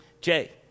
Jay